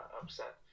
upset